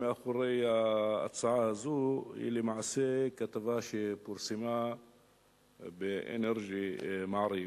מאחורי הצעה הזאת הוא כתבה שפורסמה בnrg"- מעריב"